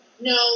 no